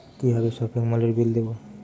কিভাবে সপিং মলের বিল দেবো?